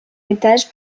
étage